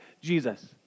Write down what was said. Jesus